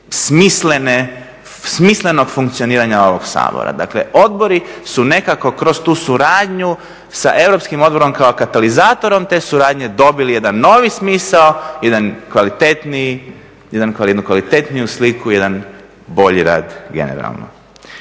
smislenog funkcioniranja ovog Sabora. Dakle, odbori su nekako kroz tu suradnju sa Europskim odborom kao katalizatorom te suradnje dobili jedan novi smisao, jedan kvalitetniji, jednu kvalitetniju sliku, jedan bolji rad generalno.